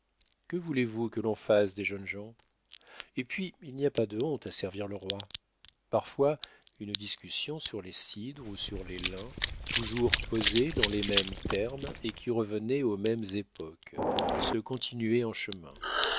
que voulez-vous que l'on fasse des jeunes gens et puis il n'y a pas de honte à servir le roi parfois une discussion sur les cidres ou sur les lins toujours posée dans les mêmes termes et qui revenait aux mêmes époques se continuait en chemin